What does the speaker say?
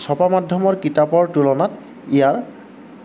ছপা মাধ্যমৰ কিতাপৰ তুলনাত ইয়াৰ